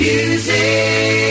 Music